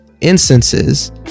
instances